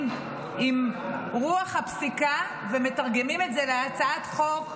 עם רוח הפסיקה ומתרגמים את זה להצעת חוק.